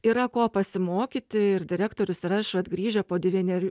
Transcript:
yra ko pasimokyti ir direktorius ir aš vat grįžę po devynerių